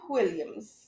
Williams